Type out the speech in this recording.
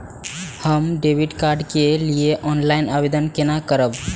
हम debit card के लिए ऑनलाइन आवेदन केना करब?